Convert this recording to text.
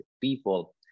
people